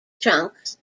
trunks